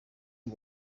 z’u